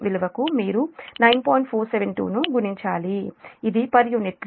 472 ను గుణించాలి ఇది పర్ యూనిట్ కరెంట్లో0